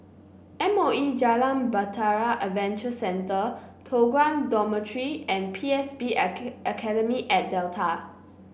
M O E Jalan Bahtera Adventure Centre Toh Guan Dormitory and P S B Academy at Delta